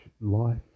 life